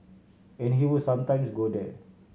and he would sometimes go there